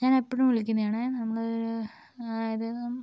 ഞാൻ എപ്പോഴും വിളിക്കുന്നതാണ് നമ്മള്